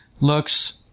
looks